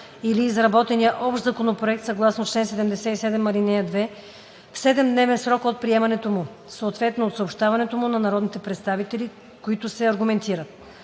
или изработения общ законопроект съгласно чл. 77, ал. 2 в 7-дневен срок от приемането му, съответно от съобщаването му на народните представители, които се аргументират.